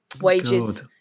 wages